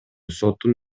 соттун